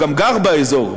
והוא גם גר באזור,